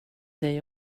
dig